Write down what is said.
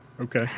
okay